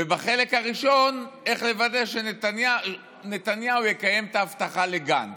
ובחלק הראשון איך לוודא שנתניהו יקיים את ההבטחה לגנץ.